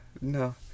No